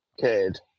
kid